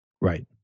Right